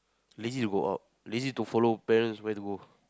lazy to go out lazy to follow parents where they go